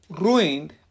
ruined